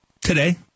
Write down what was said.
Today